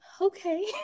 Okay